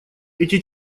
эти